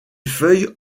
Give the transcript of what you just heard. feuilles